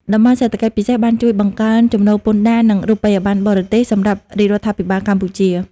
តំបន់សេដ្ឋកិច្ចពិសេសបានជួយបង្កើនចំណូលពន្ធដារ និងរូបិយបណ្ណបរទេសសម្រាប់រាជរដ្ឋាភិបាលកម្ពុជា។